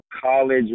college